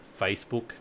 Facebook